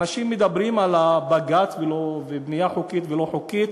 אנשים מדברים על הבג"ץ ובנייה חוקית ולא חוקית,